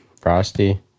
Frosty